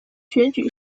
选举